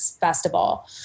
festival